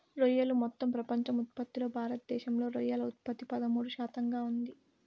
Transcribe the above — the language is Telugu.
రొయ్యలు మొత్తం ప్రపంచ ఉత్పత్తిలో భారతదేశంలో రొయ్యల ఉత్పత్తి పదమూడు శాతంగా ఉంది